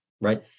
right